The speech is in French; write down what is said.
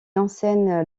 enseigne